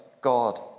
God